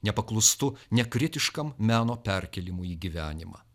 nepaklustu nekritiškam meno perkėlimui į gyvenimą